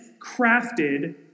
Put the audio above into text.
crafted